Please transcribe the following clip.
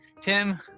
Tim